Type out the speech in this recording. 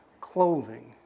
clothing